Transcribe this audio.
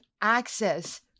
access